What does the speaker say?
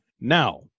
Now